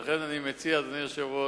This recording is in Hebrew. לכן אני מציע, אדוני היושב-ראש,